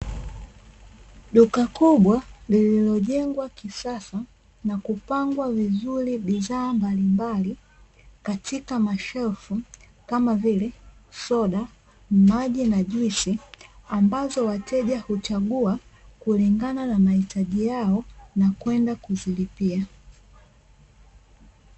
Duka kubwa lililojengwa kisasa, na kupangwa vizuri bidhaa mbalimbali katika mashelfu kama vile soda, maji, na juisi ambazo wateja huchaguwa kulingana na mahitaji yao na kwenda kuzilipia.